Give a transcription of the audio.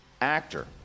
actor